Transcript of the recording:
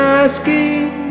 asking